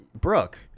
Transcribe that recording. Brooke